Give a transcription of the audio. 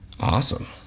Awesome